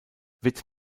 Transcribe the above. wird